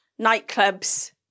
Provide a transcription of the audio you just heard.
nightclubs